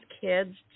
kids